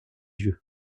yeux